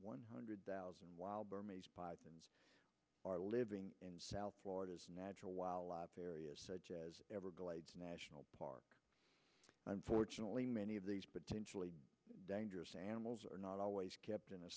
one hundred thousand wild burmese pythons are living in south florida's natural wildlife areas such as everglades national park unfortunately many of these potentially dangerous animals are not always kept in a